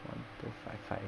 one two five five